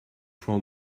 from